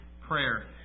prayer